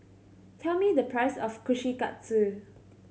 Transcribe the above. tell me the price of Kushikatsu